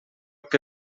que